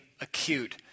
acute